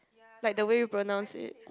like the way we pronounce it